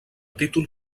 títol